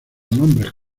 nombres